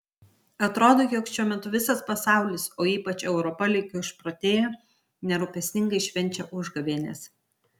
atrodo jog šiuo metu visas pasaulis o ypač europa lyg išprotėję nerūpestingai švenčia užgavėnes